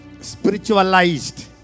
spiritualized